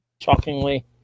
shockingly